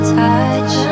touch